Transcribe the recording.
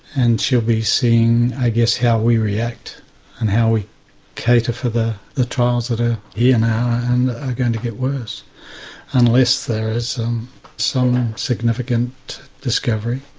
and she'll be seeing i guess how we react and how we cater for the the trials that ah yeah are to get worse unless there is some significant discovery.